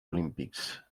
olímpics